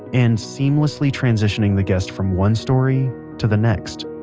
and seamlessly transitioning the guest from one story to the next.